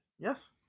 Yes